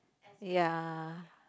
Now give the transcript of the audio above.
ya